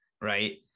right